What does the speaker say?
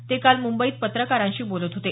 ते काल मुंबईत पत्रकारांशी बोलत होते